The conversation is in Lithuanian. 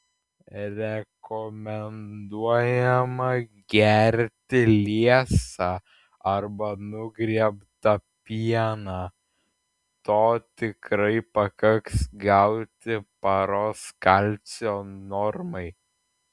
rekomenduojama gerti liesą arba nugriebtą pieną to tikrai pakaks gauti paros kalcio normai